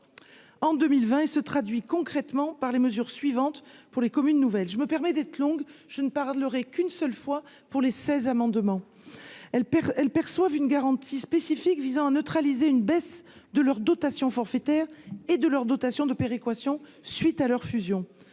en 2020 et se traduit concrètement par les mesures suivantes pour les communes nouvelles, je me permets d'être longue, je ne parlerai qu'une seule fois pour les 16 amendements, elle perd elles perçoivent une garantie spécifique visant à neutraliser une baisse de leurs dotations forfaitaires et de leurs dotations de péréquation suite à leur fusion,